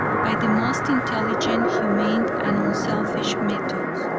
by the most intelligent, humane, and unselfish methods.